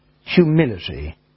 humility